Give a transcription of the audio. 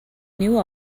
knew